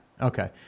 Okay